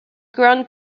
ground